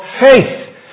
faith